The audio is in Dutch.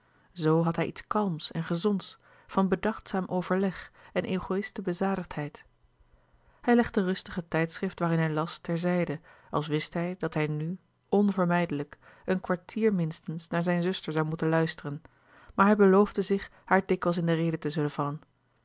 zo had hij iets kalms en gezonds van louis couperus de boeken der kleine zielen bedachtzaam overleg en egoïste bezadigdheid hij legde rustig het tijdschrift waarin hij las ter zijde als wist hij dat hij nu onvermijdelijk een kwartier minstens naar zijn zuster zoû moeten luisteren maar hij beloofde zich haar dikwijls in de rede te zullen vallen